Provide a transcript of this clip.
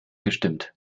gestimmt